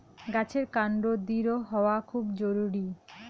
গাছের কান্ড দৃঢ় হওয়া খুব জরুরি